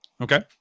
Okay